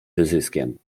wyzyskiem